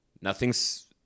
Nothing's